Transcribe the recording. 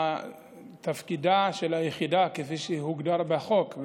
כל תפקידה של היחידה כפי שהוגדר בחוק,